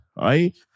right